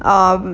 um